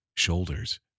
shoulders